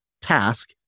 task